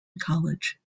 college